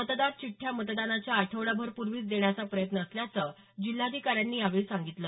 मतदार चिठ्ठ्या मतदानाच्या आठवडाभर प्रर्वीच देण्याचा प्रयत्न असल्याचं जिल्हाधिकाऱ्यांनी यावेळी सांगितलं